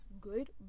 good